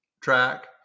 track